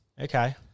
Okay